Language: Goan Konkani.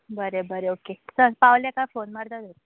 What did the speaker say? बरें बरें ओके चल पावलें का फोन मारता तर